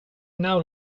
now